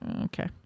okay